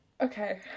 Okay